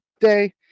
day